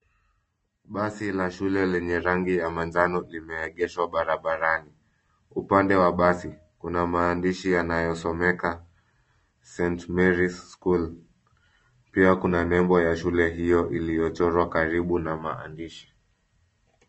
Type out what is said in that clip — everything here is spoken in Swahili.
Basi la shule lenye rangi ya manjano limeegeshwa barabarani. Upande wa basi kuna maandishi yanayosomeka St. Marys School. Pia kuna nembo ya shule hiyo iliyochorwa karibu na maandishi.